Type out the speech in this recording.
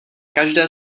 každé